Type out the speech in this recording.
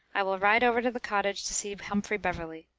i will ride over to the cottage to see humphrey beverley.